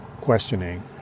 questioning